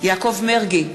יעקב מרגי,